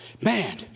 Man